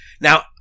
Now